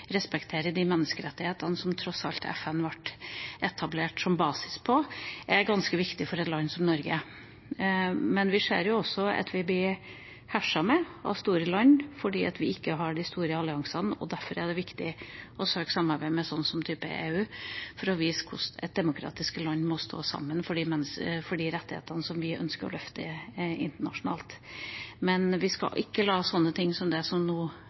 de menneskerettighetene som tross alt FN ble etablert som basis for, er ganske viktig for et land som Norge. Men vi ser også at vi blir herset med av store land fordi vi ikke har de store alliansene, og derfor er det viktig å søke samarbeid med type EU for å vise hvordan demokratiske land må stå sammen for de rettighetene som vi ønsker å løfte internasjonalt. Men vi skal ikke la sånne ting som det som nå